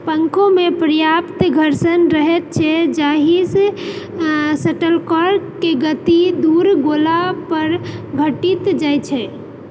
पङ्खोमे पर्याप्त घर्षण रहैत छै जाहिसँ आँ शटलकॉकके गति दूर गोला पर घटित जाइत छै